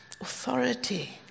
authority